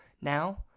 Now